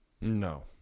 No